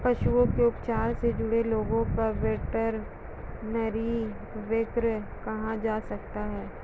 पशुओं के उपचार से जुड़े लोगों को वेटरनरी वर्कर कहा जा सकता है